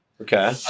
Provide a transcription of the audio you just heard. Okay